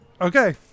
Okay